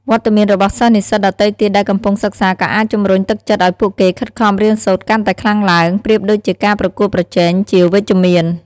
វត្តមានរបស់សិស្សនិស្សិតដទៃទៀតដែលកំពុងសិក្សាក៏អាចជម្រុញទឹកចិត្តឱ្យពួកគេខិតខំរៀនសូត្រកាន់តែខ្លាំងឡើង ប្រៀបដូចជាការប្រកួតប្រជែងជាវិជ្ជមាន។